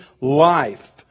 life